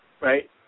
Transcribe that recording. right